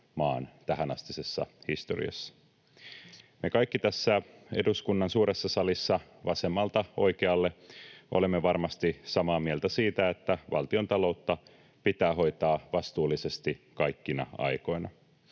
tähänastisessa historiassa. Me kaikki tässä eduskunnan suuressa salissa vasemmalta oikealle olemme varmasti samaa mieltä siitä, että valtion taloutta pitää hoitaa vastuullisesti kaikkina aikoina.